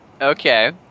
okay